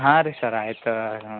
ಹಾಂ ರೀ ಸರ್ ಆಯಿತು